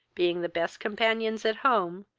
being the best companions at home,